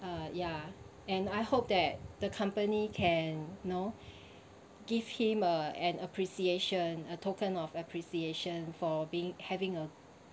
uh ya and I hope that the company can you know give him a an appreciation a token of appreciation for being having a